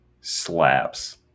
slaps